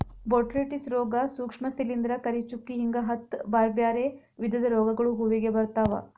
botrytis ರೋಗ, ಸೂಕ್ಷ್ಮ ಶಿಲಿಂದ್ರ, ಕರಿಚುಕ್ಕಿ ಹಿಂಗ ಹತ್ತ್ ಬ್ಯಾರ್ಬ್ಯಾರೇ ವಿಧದ ರೋಗಗಳು ಹೂವಿಗೆ ಬರ್ತಾವ